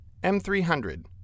M300